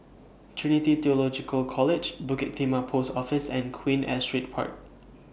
Trinity Theological College Bukit Timah Post Office and Queen Astrid Park